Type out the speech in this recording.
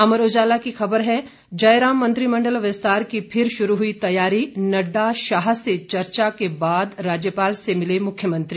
अमर उजाला की खबर है जयराम मंत्रिमण्डल विस्तार की फिर शुरू हुई तैयारी नड्डा शाह से चर्चा के बाद राज्यपाल से मिले मुख्यमंत्री